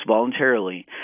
Voluntarily